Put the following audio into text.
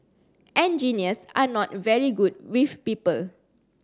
engineers are not very good with people